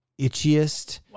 itchiest